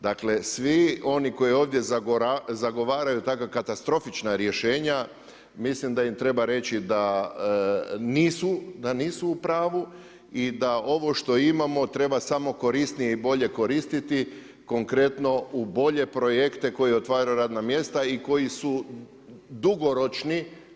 Dakle, svi oni koji ovdje zagovaraju takav katastrofična rješenja, mislim da im treba reći, da nisu u pravu i da ovo što imamo treba samo korisnije i bolje koristiti, konkretno u bolje projekte koje otvaraju bolja radna mjesta i koji su dugoročni.